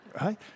right